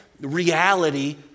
reality